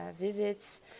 visits